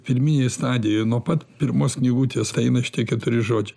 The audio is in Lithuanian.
pirminėj stadijoj nuo pat pirmos knygutės eina šitie keturi žodžiai